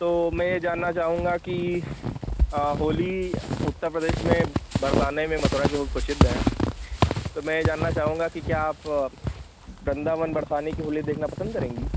तो मैं यह जानना चाहूँगा की होली उत्तर प्रदेश में बरसाने में मथुरा की बहुत ही प्रसिद्ध है तो मैं यह जानना चाहूँगा कि क्या आप वृंदावन बरसाने की होली देखना पसंद करेंगी